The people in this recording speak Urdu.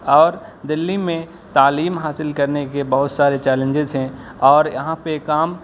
اور دہلی میں تعلیم حاصل کرنے کے بہت سارے چیلنجز ہیں اور یہاں پہ کام